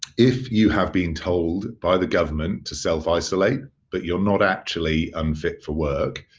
if you have been told by the government to self-isolate but you're not actually unfit for work,